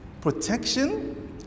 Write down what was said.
Protection